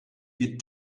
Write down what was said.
get